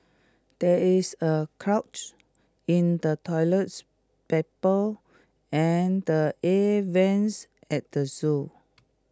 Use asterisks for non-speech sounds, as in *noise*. there is A clog in the toilets *unintelligible* and the air Vents at the Zoo